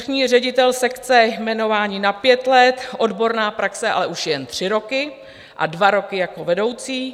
Vrchní ředitel sekce jmenování na pět let, odborná praxe ale už jen tři roky a dva roky jako vedoucí.